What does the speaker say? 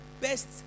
best